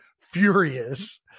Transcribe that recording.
furious